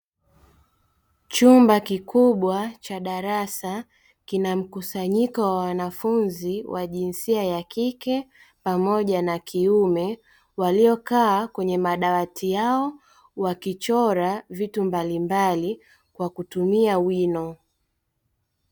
Chumba kikibwa cha darasa kina mkusanyiko wa wanafunzi wa jinsia ya kike pamoja na kiume, waliokaa kwenye madawati yao wakichora vitu mbalimbali kwa kutumia wino.